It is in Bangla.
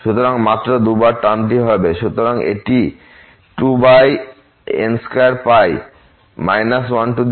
সুতরাং মাত্র 2 বার টার্মটি হবে